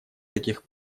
таких